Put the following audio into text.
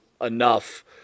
enough